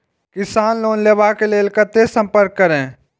किसान लोन लेवा के लेल कते संपर्क करें?